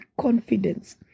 confidence